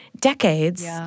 decades